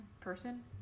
person